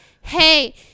Hey